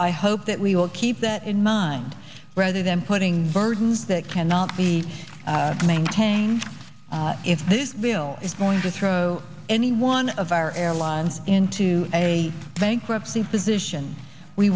i hope that we will keep that in mind rather than putting burdens that cannot be maintained if this bill is going to throw any one of our airlines into a bankruptcy physician we